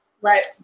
right